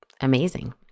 amazing